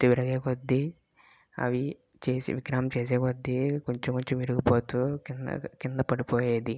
తయారయ్యే కొద్దీ అవి చేసే విగ్రహం చేసే కొద్దీ కొంచెం కొంచెం విరిగిపోతూ కిందగా కింద పడిపోయేది